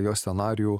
jo scenarijų